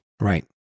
Right